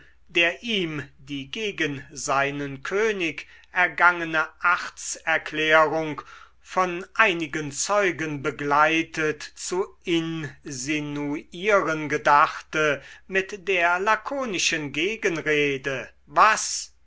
der ihm die gegen seinen könig ergangene achtserklärung von einigen zeugen begleitet zu insinuieren gedachte mit der lakonischen gegenrede was